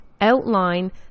outline